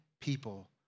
people